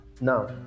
Now